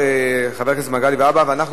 חבר הכנסת מגלי והבה,